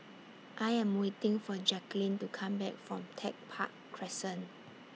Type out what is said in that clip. I Am waiting For Jacquelyn to Come Back from Tech Park Crescent